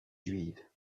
juive